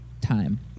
time